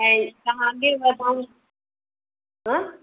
ऐं तव्हां अॻिए वधाऊं हा